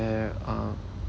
err uh